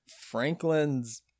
Franklin's—